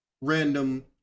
random